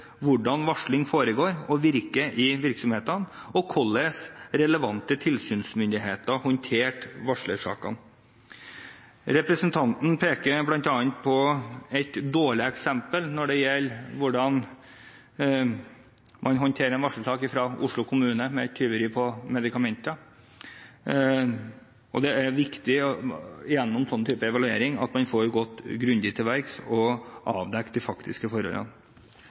hvordan varsling foregår og virker i virksomhetene, og hvordan relevante tilsynsmyndigheter håndterte varslersakene. Representanten pekte bl.a. på et dårlig eksempel når det gjelder hvordan man håndterer en varslersak, fra Oslo kommune, om tyveri av medikamenter. Det er viktig at man gjennom en sånn type evaluering får gått grundig til verks og avdekt de faktiske forholdene.